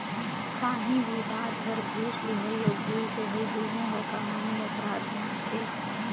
काहीं भी बात बर घूस लेहई अउ घूस देहई दुनो हर कानूनी अपराध में आथे